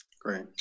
Great